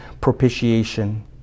propitiation